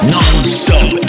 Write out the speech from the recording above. Non-stop